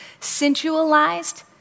sensualized